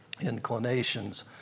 inclinations